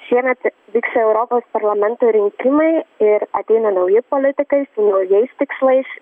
šiemet vyks europos parlamento rinkimai ir ateina nauji politikai su naujais tikslais